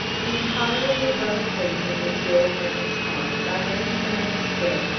being tolerably well acquainted with the old man's haunts, i went, the next day,